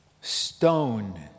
Stone